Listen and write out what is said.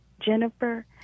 jennifer